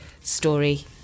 story